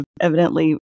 evidently